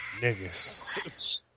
niggas